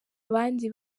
abandi